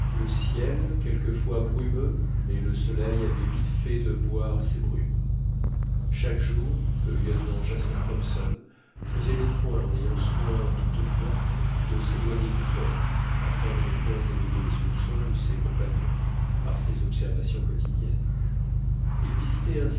le ciel quelquefois brumeux mais le soleil avait vite fait de boire ces brumes chaque jour le lieutenant jasper hobson faisait le point en ayant soin toutefois de s'éloigner du fort afin de ne point éveiller les soupçons de ses compagnons par ces observations quotidiennes il visitait